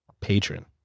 patron